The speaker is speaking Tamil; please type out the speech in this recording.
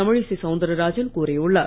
தமிழிசை சவுந்தராஜன் கூறியுள்ளார்